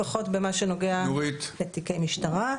לפחות במה שנוגע לתיקי משטרה.